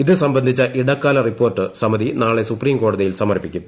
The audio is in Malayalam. ഇതു സംബന്ധിച്ച ഇടക്കാല റിപ്പോർട്ട് സമിതി നാളെ സുപ്രീംകോടതിയിൽ സമർപ്പിക്കും